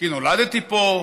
כי נולדתי פה,